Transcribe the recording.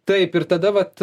taip ir tada vat